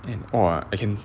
and !wah! I can